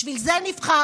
בשביל זה נבחרנו.